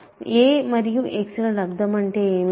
a మరియు x ల లబ్దం అంటే ఏమిటి